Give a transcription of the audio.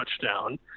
touchdown